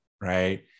right